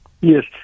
Yes